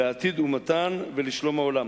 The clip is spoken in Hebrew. לעתיד אומתן ולשלום העולם.